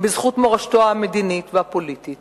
בזכות מורשתו המדינית והפוליטית